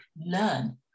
learn